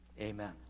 amen